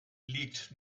liegt